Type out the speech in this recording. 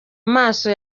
amaso